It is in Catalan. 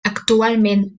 actualment